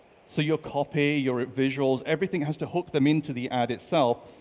so your copy, your visuals, everything has to hook them into the ad itself,